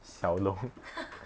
小龙